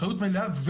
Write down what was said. אחריות מלאה.